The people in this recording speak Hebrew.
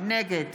נגד